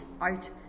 out